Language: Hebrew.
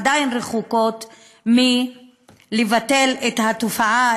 עדיין רחוקות מביטול התופעה,